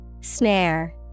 Snare